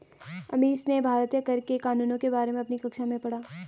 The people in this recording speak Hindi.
अमीश ने भारतीय कर के कानूनों के बारे में अपनी कक्षा में पढ़ा